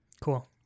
Cool